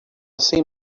sem